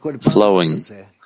flowing